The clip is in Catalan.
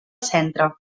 centre